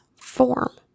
form